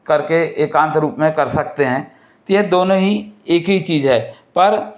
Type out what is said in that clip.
करके एकांत रूप में कर सकते हैं ये दोनों ही एक ही चीज़ है पर